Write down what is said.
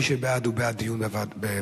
מי שבעד הוא בעד דיון בוועדה,